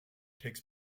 takes